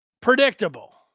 predictable